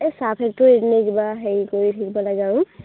এই চাহ ফেক্টৰীত এনেই কিবা হেৰি কৰি থাকিব লাগে আৰু